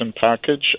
package